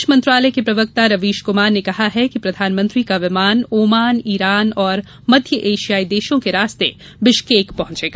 विदेश मंत्रालय के प्रवक्ता रवीश कुमार ने कहा कि प्रधानमंत्री का विमान ओमान ईरान और मध्य एशियाई देशों के रास्ते बिश्केक पहंचेगा